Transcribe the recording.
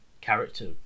character